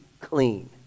clean